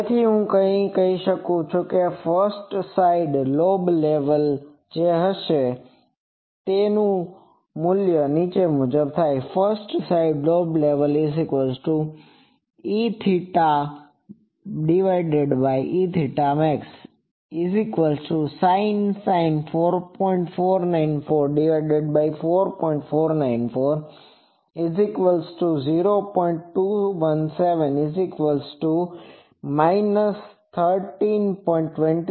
તેથી હું કહી શકું છું કે ફસ્ટ સાઈડ લોબ લેવલ જે હશે First side lobe levelEθsEθsin 4